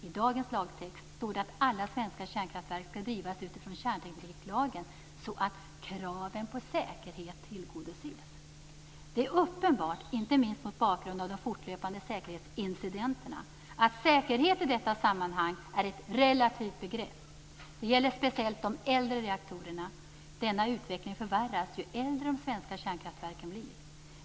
I dagens lagtext står det alla svenska kärnkraftverk skall drivas med utgångspunkt i kärntekniklagen så att kraven på säkerhet tillgodoses. Det är uppenbart, inte minst mot bakgrund av de fortlöpande säkerhetsincidenterna, att säkerhet i detta sammanhang är ett relativt begrepp. Det gäller speciellt de äldre reaktorerna. Denna utveckling förvärras ju äldre de svenska kärnkraftverken blir.